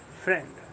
Friend